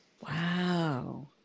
Wow